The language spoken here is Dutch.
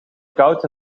koud